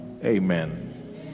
amen